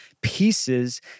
pieces